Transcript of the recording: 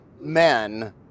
men